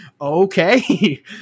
okay